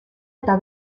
eta